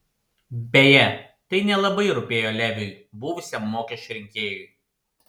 beje tai nelabai rūpėjo leviui buvusiam mokesčių rinkėjui